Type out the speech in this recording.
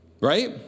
Right